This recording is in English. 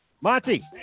Monty